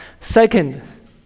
Second